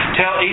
tell